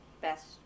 best